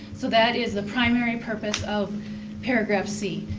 so, that is the primary purpose of paragraph c.